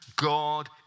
God